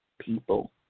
people